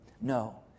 No